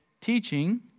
teaching